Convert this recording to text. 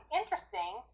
interesting